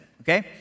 okay